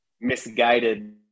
misguided